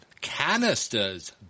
canisters